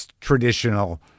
traditional